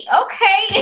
okay